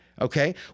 okay